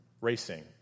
racing